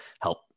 help